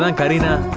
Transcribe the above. um kareena